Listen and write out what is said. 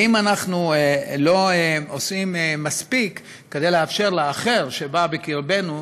אם אנחנו לא עושים מספיק כדי לאפשר לאחר שבא בקרבנו